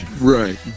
Right